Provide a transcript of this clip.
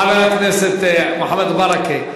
חבר הכנסת מוחמד ברכה,